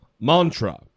mantra